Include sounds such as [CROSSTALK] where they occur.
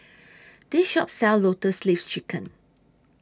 [NOISE] This Shop sells Lotus Leaf Chicken